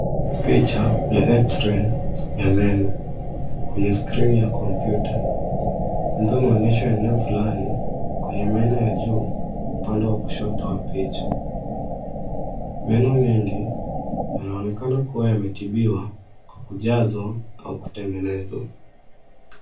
Picha ya X-ray, ya meno, kwenye skrini ya kompyuta. Mtu anaonyesha eneo fulani, kwenye meno ya juu, upande wa kushoto wa picha. Meno mengi, yanaonekana kuwa yametibiwa, kwa kujazwa au kutengeneza.